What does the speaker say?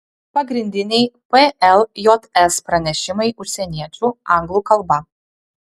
pagrindiniai pljs pranešimai užsieniečių anglų kalba